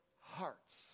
hearts